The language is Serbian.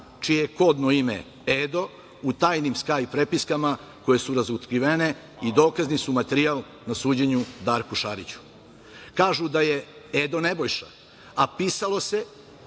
je kodno ime Edo, u tajnim skajp prepiskama koje su razotkrivene i dokazni su materijal na suđenju Darku Šariću. Kažu da je Edo Nebojša, a pisalo se